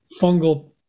fungal